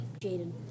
Jaden